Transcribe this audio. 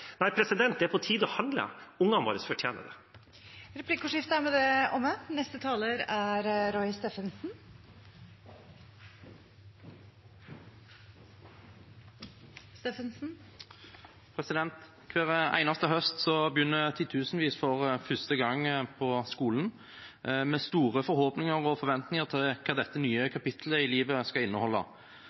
Nei, det er på tide å handle. Ungene våre fortjener det. Replikkordskiftet er med det omme. Hver eneste høst begynner titusenvis for første gang på skolen, med store forhåpninger og forventninger om hva dette nye kapitlet i livet skal inneholde.